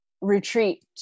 retreat